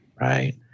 Right